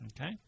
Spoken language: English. Okay